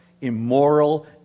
immoral